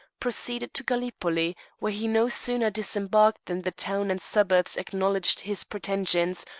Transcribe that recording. proceeded to gallipoli, where he no sooner disembarked than the town and suburbs acknowledged his pretensions,